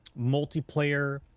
multiplayer